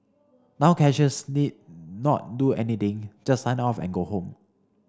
now cashiers need not do anything just sign off and go home